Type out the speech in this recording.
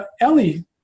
Ellie